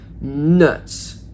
nuts